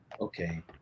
okay